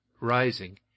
rising—